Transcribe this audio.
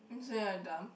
are you saying I dumb